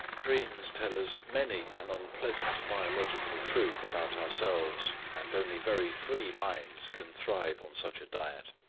dreams tell us many an unpleasant biological truth about ourselves and only very free minds can thrive on such a diet.